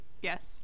Yes